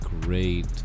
great